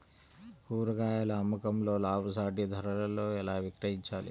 కూరగాయాల అమ్మకంలో లాభసాటి ధరలలో ఎలా విక్రయించాలి?